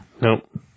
Nope